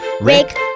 Rick